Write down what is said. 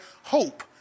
hope